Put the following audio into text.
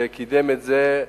שקידם את זה,